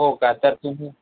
हो का तर तुम्ही